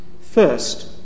First